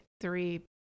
three